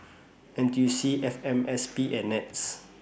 N T U C F M S P and Nets